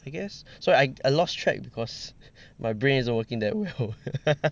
I guess sorry I I lost track because my brain isn't working that well